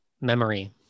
memory